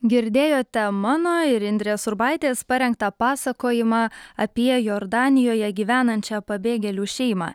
girdėjote mano ir indrės urbaitės parengtą pasakojimą apie jordanijoje gyvenančią pabėgėlių šeimą